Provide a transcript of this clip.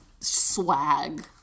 swag